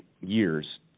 years